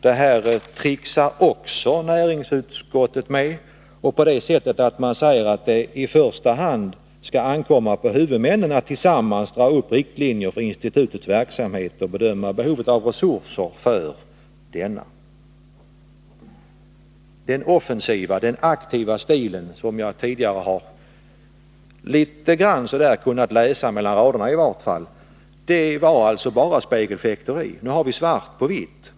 Det här tricksar näringsutskottet också med, på det sättet att man säger att det i första hand skall ankomma på huvudmännen att tillsammans dra upp riktlinjer för institutets verksamhet och bedöma behovet av resurser för detta. Den offensiva aktiva stilen, som jag tidigare har kunnat läsa i vart fall litet grand mellan raderna, var alltså bara spegelfäkteri. Nu har vi svart på vitt.